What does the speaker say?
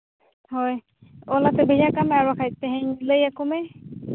ᱦᱳᱭ ᱚᱞ ᱠᱟᱛᱮ ᱵᱷᱮᱡᱟ ᱠᱟᱜ ᱢᱮ ᱟᱨ ᱵᱟᱠᱷᱟᱡ ᱛᱮᱦᱮᱧ ᱞᱟᱹᱭ ᱟᱠᱚ ᱢᱮ